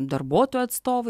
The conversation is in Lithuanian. darbuotojų atstovai